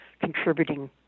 contributing